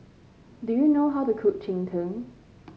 do you know how to cook Cheng Tng